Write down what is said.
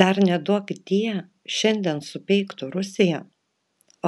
dar neduokdie šiandien supeiktų rusiją